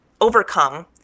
overcome